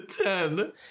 ten